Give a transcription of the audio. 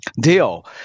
deal